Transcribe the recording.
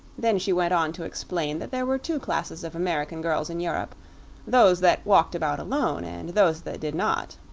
then she went on to explain that there were two classes of american girls in europe those that walked about alone and those that did not.